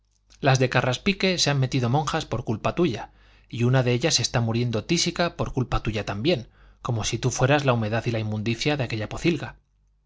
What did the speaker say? las de carraspique se han metido monjas por culpa tuya y una de ellas está muriendo tísica por culpa tuya también como si tú fueras la humedad y la inmundicia de aquella pocilga